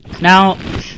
Now